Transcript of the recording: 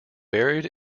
buried